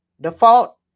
Default